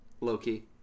Loki